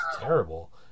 terrible